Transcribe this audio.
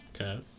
Okay